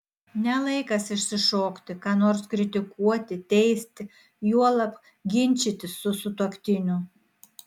ne laikas išsišokti ką nors kritikuoti teisti juolab ginčytis su sutuoktiniu